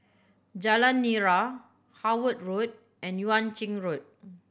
Jalan Nira Howard Road and Yuan Ching Road